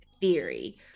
theory